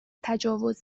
تجاوز